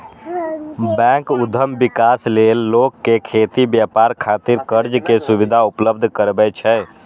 bank उद्यम विकास लेल लोक कें खेती, व्यापार खातिर कर्ज के सुविधा उपलब्ध करबै छै